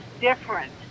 different